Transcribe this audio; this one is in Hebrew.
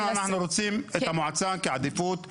אנחנו רוצים את המועצה כעדיפות ראשונה,